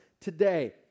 today